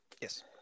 Yes